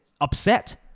upset